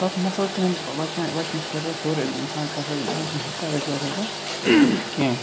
تَتھ مَسٕل کرٛیمپ بَچنہٕ بَچنہٕ خٲطرٕ ہیوٚر ییٚلہِ اِنسان کھَسان چھُ اِنسانَس چھِنہٕ ہٮ۪کتھاہ وٮ۪کتھاہ روزان کینٛہہ